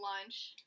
lunch